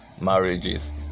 marriages